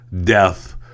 death